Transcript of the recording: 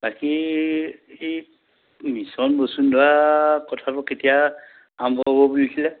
বাকী এই মিছন বসুন্ধৰা কথাটো কেতিয়া আৰম্ভ হ'ব বুলিছিলে